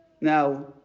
now